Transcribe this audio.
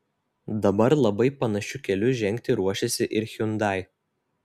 dabar labai panašiu keliu žengti ruošiasi ir hyundai